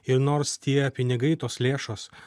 ir nors tie pinigai tos lėšos